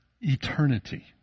eternity